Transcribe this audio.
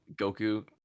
Goku